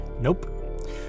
Nope